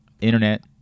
internet